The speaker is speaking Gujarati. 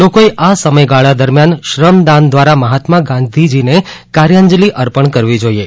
લોકોએ આ સમયગાળા દરમ્યાન શ્રમદાન દ્વારા મહાત્મા ગાંધીજીને કાર્યાંજલી અર્પણ કરવી જોઇએ